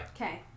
Okay